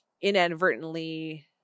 inadvertently